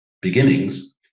beginnings